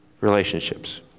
Relationships